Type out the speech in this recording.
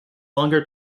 longer